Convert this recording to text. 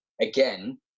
again